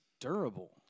durable